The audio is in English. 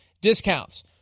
discounts